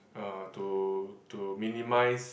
uh to to minimize